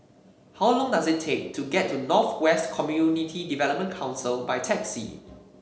how long does it take to get to North West Community Development Council by taxi